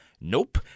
Nope